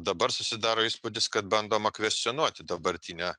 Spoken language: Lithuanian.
dabar susidaro įspūdis kad bandoma kvestionuoti dabartinę